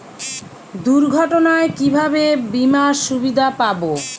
দুর্ঘটনায় কিভাবে বিমার সুবিধা পাব?